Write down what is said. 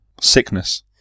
Sickness